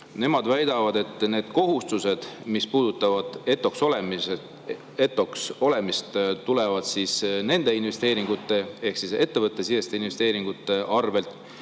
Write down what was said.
nemad väidavad, et need kohustused, mis puudutavad ETO-ks olemist, tulevad nende investeeringute ehk ettevõttesiseste investeeringute arvelt,